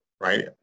right